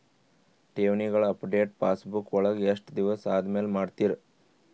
ಠೇವಣಿಗಳ update passbook ವಳಗ ಎಷ್ಟ ದಿವಸ ಆದಮೇಲೆ ಮಾಡ್ತಿರ್?